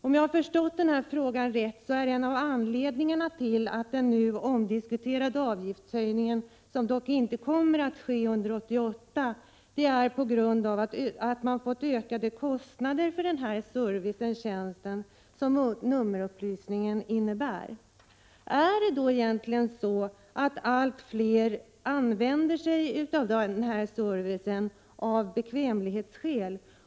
Om jag har uppfattat frågan rätt, är en av anledningarna till den nu omdiskuterade avgiftshöjningen — som dock alltså inte kommer att ske under 1988 — att televerket har fått ökade kostnader på grund av den service/tjänst som nummerupplysningen innebär. Men är det då så, att allt fler utnyttjar den här servicen av bekvämlighetsskäl?